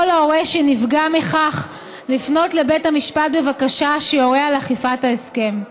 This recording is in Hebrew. יכול ההורה שנפגע מכך לפנות לבית המשפט בבקשה שיורה על אכיפת ההסכם.